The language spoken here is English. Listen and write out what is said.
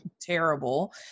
terrible